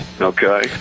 Okay